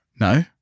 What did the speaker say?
No